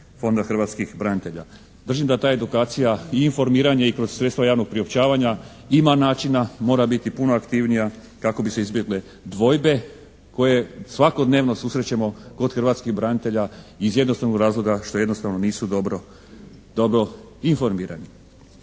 Fonda hrvatskih branitelja. Držim da ta edukacija i informiranje i kroz sredstva javnog priopćavanja ima načina, mora biti puno aktivnija kako bi se izbjegle dvojbe koje svakodnevno susrećemo kod hrvatskih branitelja iz jednostavnog razloga što jednostavno nisu dobro, dobro informirani.